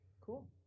cool